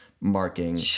marking